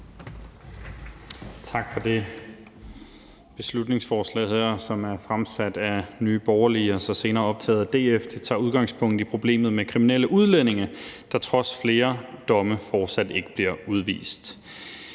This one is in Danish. Tak for det. Beslutningsforslaget her, som er fremsat af Nye Borgerlige og så senere optaget af DF, tager udgangspunkt i problemet med kriminelle udlændinge, der trods flere domme fortsat ikke bliver udvist.